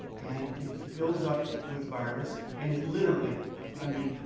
and it fills up with virus. and it literally, i mean,